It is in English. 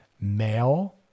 male